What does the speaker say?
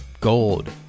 gold